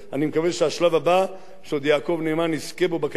שעוד יעקב נאמן יזכה בו בקדנציה הזאת כשר משפטים,